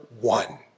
one